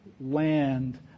land